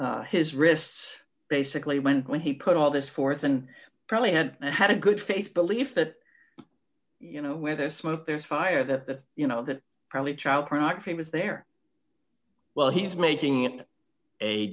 slap his wrists basically when when he put all this forth and probably had and had a good faith belief that you know where there's smoke there's fire that you know that probably child pornography was there well he's making